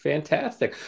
Fantastic